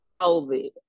COVID